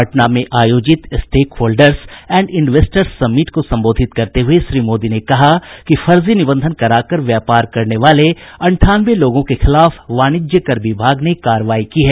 पटना में आयोजित stakeholders and investors summit को संबोधित करते हुये श्री मोदी ने कहा कि फर्जी निबंधन कराकर व्यापार करने वाले अठानवे लोगों के खिलाफ वाणिज्य कर विभाग ने कार्रवाई की है